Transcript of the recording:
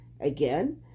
again